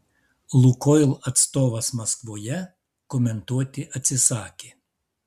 lukoil atstovas maskvoje komentuoti atsisakė